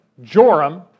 Joram